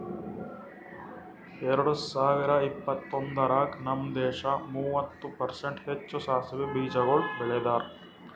ಎರಡ ಸಾವಿರ ಇಪ್ಪತ್ತೊಂದರಾಗ್ ನಮ್ ದೇಶ ಮೂವತ್ತು ಪರ್ಸೆಂಟ್ ಹೆಚ್ಚು ಸಾಸವೆ ಬೀಜಗೊಳ್ ಬೆಳದಾರ್